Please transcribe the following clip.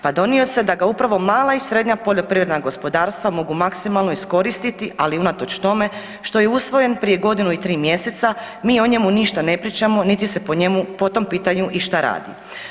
Pa donio se da ga upravo mala i srednja poljoprivredna gospodarstva mogu maksimalno iskoristiti, ali unatoč tome što je usvojen prije godinu i 3 mjeseca mi o njemu ništa ne pričamo, niti se po njemu po tom pitanju išta radi.